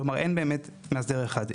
כלומר, אין באמת מאסדר אחד.